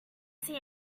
see